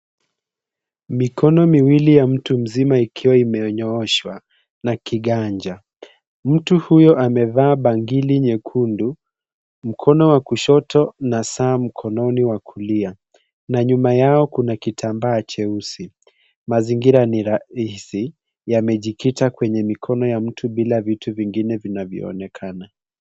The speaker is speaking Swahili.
Mikono miwili ya mtu mzima ikiwa imenyooshwa na kiganja. Mtu huyu amevaa bangili nyekundu, mkono wa kushoto na saa mkononi wa kulia na nyuma yao kuna kitambaa cheusi. Mazingira ni rahisi yamejikita kwenye mikono ya mtu bila vitu vingine vinavyoonekana.